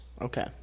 Okay